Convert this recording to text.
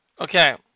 Okay